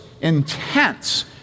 intense